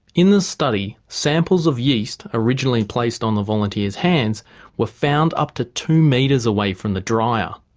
in the study samples of yeast originally placed on the volunteers hands were found up to two metres away from the dryer.